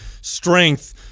strength